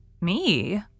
Me